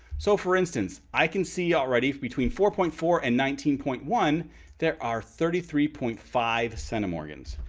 so for instance i can see already between four point four and nineteen point one there are thirty three point five centimorgans.